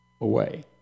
away